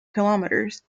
kilometres